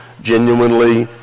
genuinely